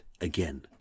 again